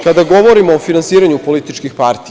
Kada govorimo o finansiranju političkih partija.